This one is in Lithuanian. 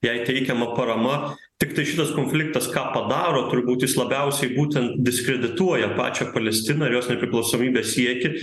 jai teikiama parama tiktai šitas konfliktas ką daro turbūt jis labiausiai būtent diskredituoja pačią palestiną ir jos nepriklausomybės siekį